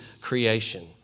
creation